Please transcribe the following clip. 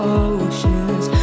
oceans